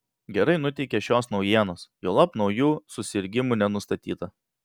gerai nuteikia šios naujienos juolab naujų susirgimų nenustatyta